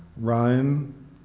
Rome